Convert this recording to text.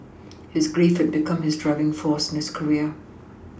his grief had become his driving force in his career